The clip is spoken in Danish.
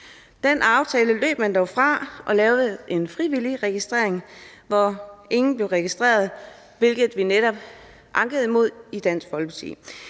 Den aftale løb man dog fra og lavede en frivillig registrering, hvor ingen blev registreret, hvilket vi netop ankede over i Dansk Folkeparti.